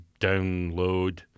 download